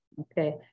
Okay